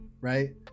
right